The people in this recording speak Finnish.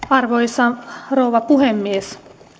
arvoisa rouva puhemies